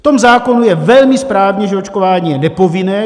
V tom zákonu je velmi správně, že očkování je nepovinné.